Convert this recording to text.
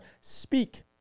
speak